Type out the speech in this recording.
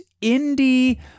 indie